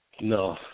No